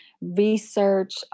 research